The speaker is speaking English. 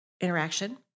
interaction